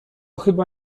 chyba